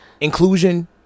inclusion